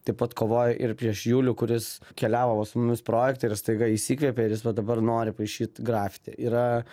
taip pat kovoja ir prieš julių kuris keliavo va su mumis projekte ir staiga įsikvėpė ir jis va dabar nori paišyt grafiti yra